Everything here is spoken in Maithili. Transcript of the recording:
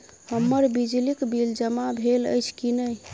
हम्मर बिजली कऽ बिल जमा भेल अछि की नहि?